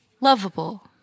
Lovable